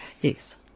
Yes